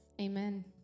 Amen